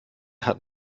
hat